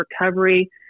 recovery